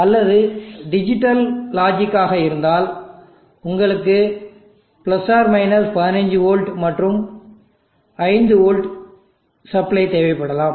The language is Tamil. அல்லது டிஜிட்டல் லாஜிக்காக இருந்தால் உங்களுக்கு or 15 வோல்ட் மற்றும் 5 வோல்ட் சப்ளை தேவைப்படலாம்